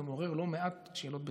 זה מעורר לא מעט שאלות בטיחות.